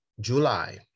July